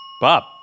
Bob